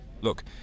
Look